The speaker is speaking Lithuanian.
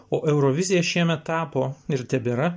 o eurovizija šiemet tapo ir tebėra